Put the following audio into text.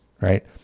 Right